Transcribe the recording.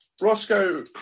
Roscoe